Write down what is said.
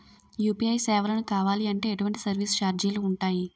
UPI సేవలను కావాలి అంటే ఎటువంటి సర్విస్ ఛార్జీలు ఉంటాయి?